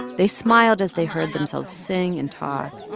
they smiled as they heard themselves sing and talk